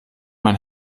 man